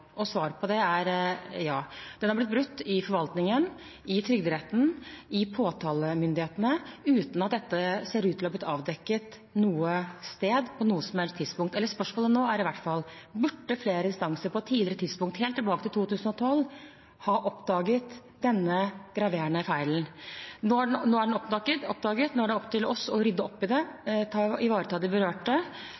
Svaret på det er ja. Loven har blitt brutt i forvaltningen, i trygderetten og hos påtalemyndighetene uten at dette ser ut til å ha blitt avdekket noe sted på noe som helst tidspunkt. Spørsmålet nå er i hvert fall: Burde flere instanser på et tidligere tidspunkt, helt tilbake til 2012, ha oppdaget denne graverende feilen? Nå er den oppdaget. Nå er det opp til oss å rydde opp i det,